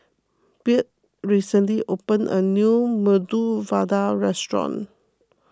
Byrd recently opened a new Medu Vada restaurant